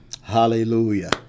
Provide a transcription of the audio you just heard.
hallelujah